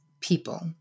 people